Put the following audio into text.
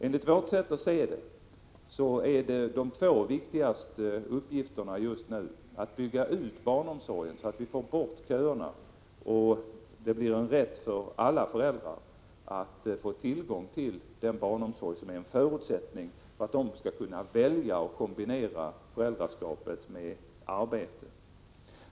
Enligt vårt sätt att se är den ena av de två viktigaste uppgifterna just nu att bygga ut barnomsorgen, så att vi får bort köerna och så att alla föräldrar kan få tillgång till den barnomsorg som är en förutsättning för att de skall kunna välja att kombinera föräldraskapet med arbete.